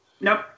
Nope